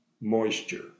moisture